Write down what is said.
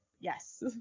yes